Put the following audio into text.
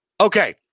Okay